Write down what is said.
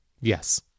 Yes